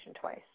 twice